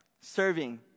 serving